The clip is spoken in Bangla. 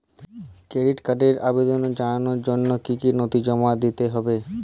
ক্রেডিট কার্ডের আবেদন জানানোর জন্য কী কী নথি জমা দিতে হবে?